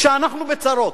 שאנחנו בצרות.